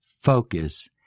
focus